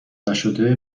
نشده